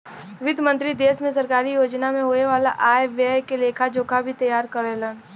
वित्त मंत्री देश में सरकारी योजना में होये वाला आय व्यय के लेखा जोखा भी तैयार करेलन